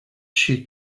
she